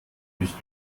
nicht